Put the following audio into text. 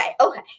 okay